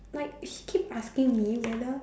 like she keep asking me whether